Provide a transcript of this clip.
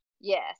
Yes